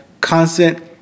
Constant